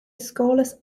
scoreless